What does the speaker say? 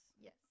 Yes